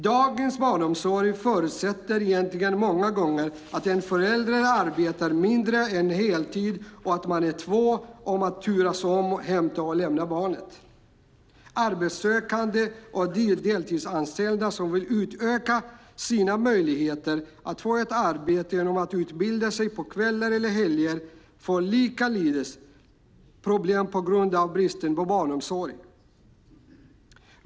Dagens barnomsorg förutsätter egentligen många gånger att en förälder arbetar mindre än heltid och att man är två som kan turas om att hämta och lämna barnet. Arbetssökande och deltidsanställda som vill utöka sina möjligheter att få ett arbete genom att utbilda sig på kvällar eller helger får likaledes problem på grund av bristen på barnomsorg.